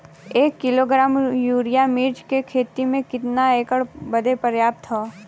एक kilogram urea मिर्च क खेती में कितना एकड़ बदे पर्याप्त ह?